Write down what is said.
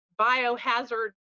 biohazard